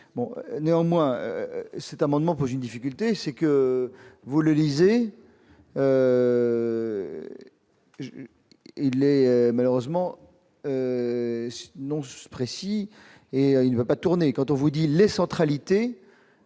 bon néanmoins cet amendement pose une difficulté, c'est que vous le lisez. Il est malheureusement. Non, ce précis et il veut pas tourner quand on vous dit les centralité,